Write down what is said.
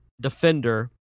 Defender